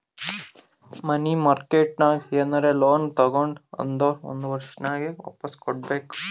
ಮನಿ market ನಾಗ್ ಏನರೆ loan ತಗೊಂಡಿ ಅಂದುರ್ ಒಂದ್ ವರ್ಷನಾಗೆ ವಾಪಾಸ್ ಕೊಡ್ಬೇಕ್